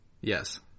Yes